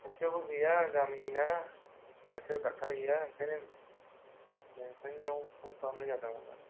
खाथियावबो गैया गामिना खाथियाव ड'क्टर गैया ओंखायनो नोंथांनिआव फन खालामनाय जादोंमोन आरो